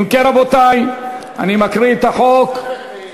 כולל, כנוסח הוועדה.